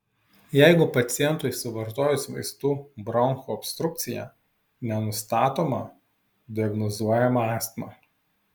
jeigu pacientui suvartojus vaistų bronchų obstrukcija nenustatoma diagnozuojama astma